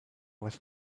with